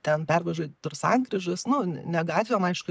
ten pervažiuot per sankryžas nu ne gatvėm aišku